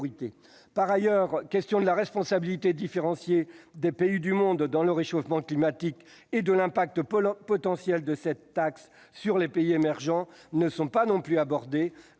Par ailleurs, les questions de la responsabilité différenciée des pays du monde dans le réchauffement climatique et de l'impact potentiel de cette taxe sur les pays émergents ne sont pas non plus abordées